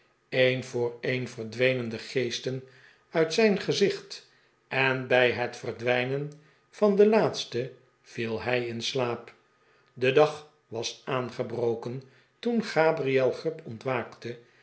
een voor een verdwenen de geesten uit zijn gezicht en bij het verdwijnen van den laatste viel hij in slaap de dag was aangebroken toen gabriel grub ontwaakte